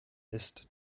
ist